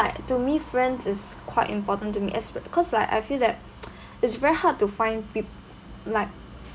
to me friends is quite important to me as cause like I feel that it's very hard to find pe~ like